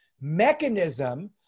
mechanism